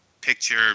picture